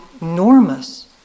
enormous